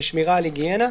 ושמירה על היגיינה.